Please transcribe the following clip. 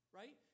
right